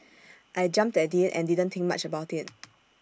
I jumped at IT and didn't think much about IT